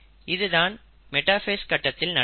இது தான் மெட்டாஃபேஸ் கட்டத்தில் நடக்கிறது